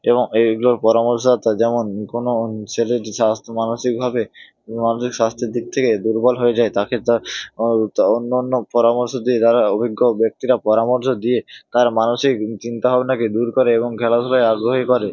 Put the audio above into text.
এবং এ এইগুলোর পরামর্শদাতা যেমন কোনো ছেলেটি স্বাস্থ্য মানসিকভাবে মানসিক স্বাস্থ্যের দিক থেকে দুর্বল হয়ে যায় তাকে তার আর তা অন্য অন্য পরামর্শ দিয়ে দ্বারা অভিজ্ঞ ব্যক্তিরা পরামর্শ দিয়ে তার মানসিক চিন্তা ভাবনাকে দূর করে এবং খেলাধুলায় আগ্রহী করে